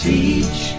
Teach